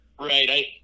Right